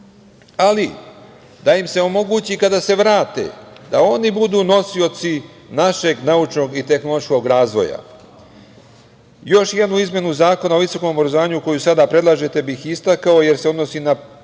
Ali, da im se omogući kada se vrate da oni budu nosioci našeg naučnog i tehnološkog razvoja. Još jednu izmenu Zakona o visokom obrazovanju koju sada predlažete bih istakao, jer se odnosi na